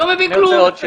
לא מבין כלום.